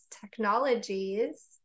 technologies